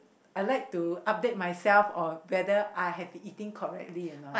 I like to update myself or whether I have been eating correctly or not